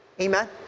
Amen